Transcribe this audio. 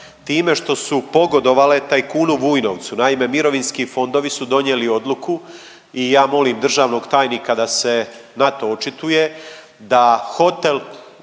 time što su pogodovale tajkunu Vujnovcu. Naime, mirovinski fondovi su donijeli odluku i ja molim državnog tajnika da se na to očituje, da hotel